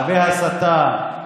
הרבה הסתה,